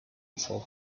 before